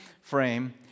frame